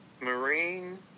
marine